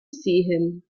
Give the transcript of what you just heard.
sehen